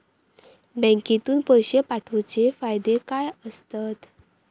बँकेतून पैशे पाठवूचे फायदे काय असतत?